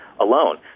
alone